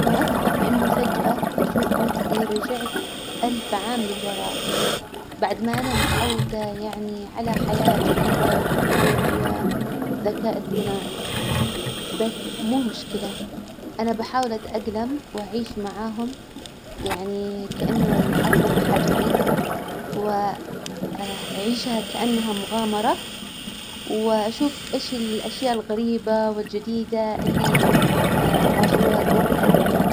ما أصعب إنه فجأة أشوف نفسي رجعت ألف عام للوراء بعد ما أنا متعودة يعني على حياة جديدة وتكنولوجيا وذكاء إصطناعي بس مو مشكلة، أنا بحاول أتأجلم وأعيش معاهم يعني كإنه العصر الحجري، و أعيشها كأنها مغامرة، وأشوف إيش الأشياء الغريبة والجديدة اللي عاشوها جبل ألف عام.